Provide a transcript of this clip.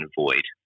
void